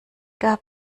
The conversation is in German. gab